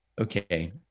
okay